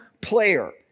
player